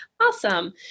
Awesome